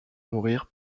mourir